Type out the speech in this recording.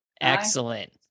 Excellent